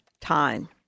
time